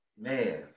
Man